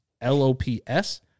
L-O-P-S